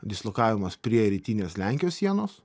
dislokavimas prie rytinės lenkijos sienos